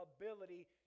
ability